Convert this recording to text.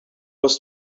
was